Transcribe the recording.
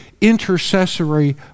intercessory